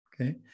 Okay